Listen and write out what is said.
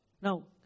Now